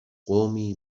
قومی